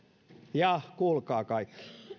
ja kuulkaa kaikki